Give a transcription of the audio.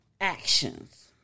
actions